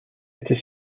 était